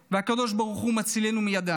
והקדוש ברוך הוא מצילנו מידם.